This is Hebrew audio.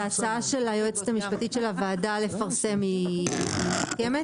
אז ההצעה של יועצת הוועדה לפרסם היא מוקמת?